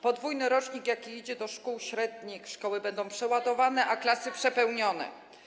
Podwójny rocznik idzie do szkół średnich - szkoły będą przeładowane, a klasy przepełnione.